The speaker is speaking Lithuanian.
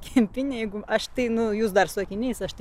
kempinė jeigu aš tai nu jūs dar su akiniais aš